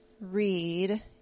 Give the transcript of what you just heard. read